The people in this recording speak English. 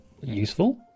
useful